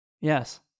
Yes